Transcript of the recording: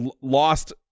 lost